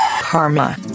Karma